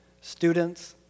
students